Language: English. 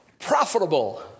profitable